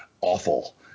awful